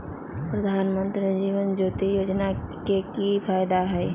प्रधानमंत्री जीवन ज्योति योजना के की फायदा हई?